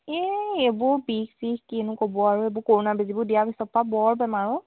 এই এইবোৰ বিষ চিষ কিনো ক'ব আৰু এইবোৰ কৰোণা বেজিবোৰ দিয়াৰ পিছৰ পৰা বৰ বেমাৰ অঁ